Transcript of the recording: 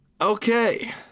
Okay